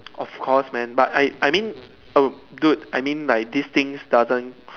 of course man but I I mean um dude I mean like these things doesn't